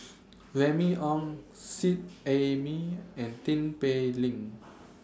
Remy Ong Seet Ai Mee and Tin Pei Ling